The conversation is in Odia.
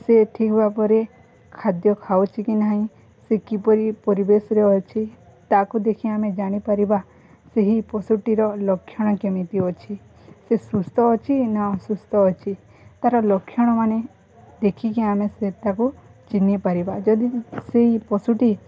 ସେ ଠିକ୍ ଭାବରେ ଖାଦ୍ୟ ଖାଉଛି କି ନାହିଁ ସେ କିପରି ପରିବେଶରେ ଅଛି ତାକୁ ଦେଖି ଆମେ ଜାଣିପାରିବା ସେହି ପଶୁଟିର ଲକ୍ଷଣ କେମିତି ଅଛି ସେ ସୁସ୍ଥ ଅଛି ନା ଅସୁସ୍ଥ ଅଛି ତା'ର ଲକ୍ଷଣମାନେ ଦେଖିକି ଆମେ ସେ ତାକୁ ଚିହ୍ନି ପାରିବା ଯଦି ସେଇ ପଶୁଟି